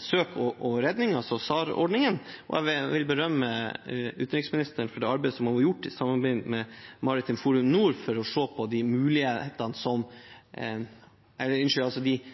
søk og redning, altså SAR-ordningen. Jeg vil berømme utenriksministeren for det arbeidet hun har gjort i samarbeid med Maritimt Forum Nord for å se på det som må på plass for å kunne fortsette å ta i bruk de mulighetene, på en bærekraftig måte, som